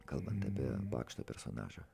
kalbant apie pakšto personažą